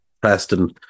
Preston